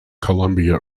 columbia